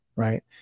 Right